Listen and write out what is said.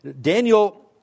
Daniel